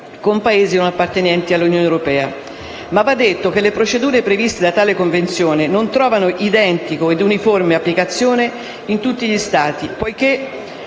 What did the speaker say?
con Paesi non appartenenti all'Unione europea. Va detto, però, che le procedure previste da tale Convenzione non trovano identica e uniforme applicazione in tutti gli Stati, poiché